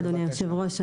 תודה, אדוני יושב הראש.